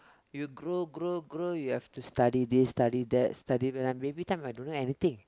you grow grow grow you have to study this study that study but I baby time I don't know anything